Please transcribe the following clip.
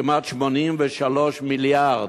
כמעט 83 מיליארד.